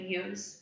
use